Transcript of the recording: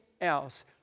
else